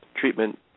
treatment